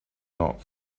not